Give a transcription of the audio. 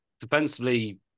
defensively